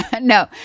No